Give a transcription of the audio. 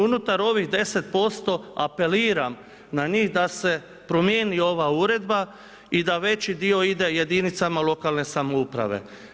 Unutar ovih 10% apeliram na njih da se promijeni ova uredba i da veći dio ide jedinicama lokalne samouprave.